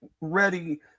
ready